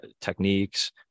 techniques